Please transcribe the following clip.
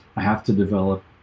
i have to develop